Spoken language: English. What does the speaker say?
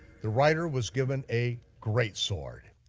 the rider was given a great sword.